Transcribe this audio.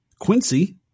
Quincy